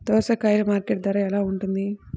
దోసకాయలు మార్కెట్ ధర ఎలా ఉంటుంది?